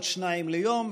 עוד שניים ליום,